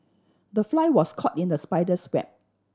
the fly was caught in the spider's web